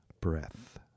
breath